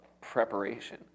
preparation